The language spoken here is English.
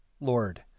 Lord